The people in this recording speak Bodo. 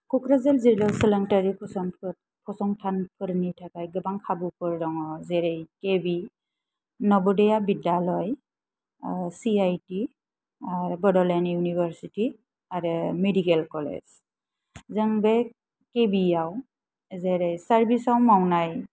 क'क्राझार जिल्लायाव सोलोंथायारि फसंफोर फसंथानफोरनि थाखाय गोबां खाबुफोर दङ जेरै K V Navodaya Vidyalaya C I T आरो बडलेण्ड इउनिभार्सिति आरो मेडिकेल कलेज जों बे के भिआव जेरै सार्भिसाव मावनाय